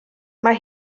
mae